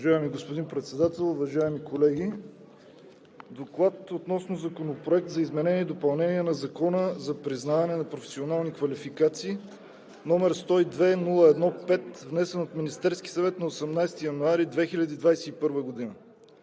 Уважаеми господин Председател, уважаеми колеги! „ДОКЛАД относно Законопроект за изменение и допълнение на Закона за признаване на професионални квалификации, № 102-01-5, внесен от Министерския съвет на 18 януари 2021 г.